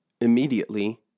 Immediately